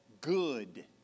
good